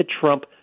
Trump